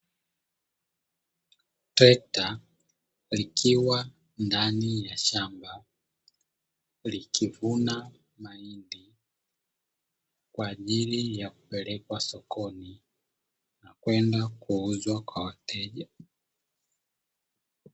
Trekta likiwa ndani ya shamba likivuna mahindi kwa ajili ya kupelekwa sokoni na kwenda kuuzwa kwa wateja.